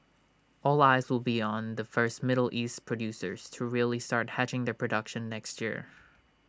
all eyes will be on the first middle east producers to really start hedging their production next year